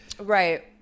Right